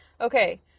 Okay